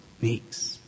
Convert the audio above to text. makes